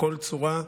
בכל צורה.